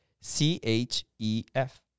C-H-E-F